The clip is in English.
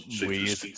weird